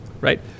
right